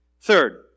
Third